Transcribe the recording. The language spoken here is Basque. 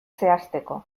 zehazteko